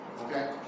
okay